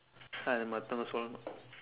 அதே மத்தவங்க சொல்லனும்:athee maththavangka sollanum